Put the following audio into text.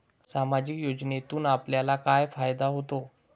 सामाजिक योजनेतून आपल्याला काय फायदा होतो?